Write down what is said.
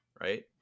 Right